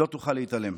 לא תוכל להתעלם.